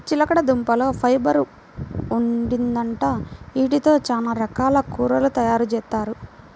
చిలకడదుంపల్లో ఫైబర్ ఉండిద్దంట, యీటితో చానా రకాల కూరలు తయారుజేత్తారు